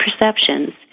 perceptions